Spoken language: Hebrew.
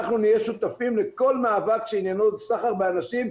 אנחנו נהיה שותפים לכל מאבק שעניינו סחר באנשים.